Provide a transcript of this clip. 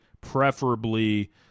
preferably